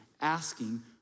asking